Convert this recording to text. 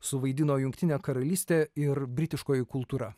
suvaidino jungtinė karalystė ir britiškoji kultūra